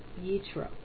Yitro